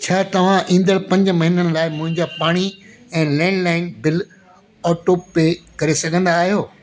छा तव्हां ईंदड़ु पंज महिननि लाइ मुंहिंजा पाणी ऐं लैंडलाइन बिल ऑटोपे करे सघंदा आहियो